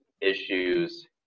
issues